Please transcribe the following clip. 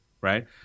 Right